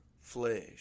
flesh